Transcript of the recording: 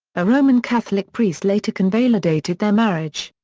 a roman catholic priest later convalidated their marriage.